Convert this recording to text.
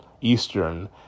Eastern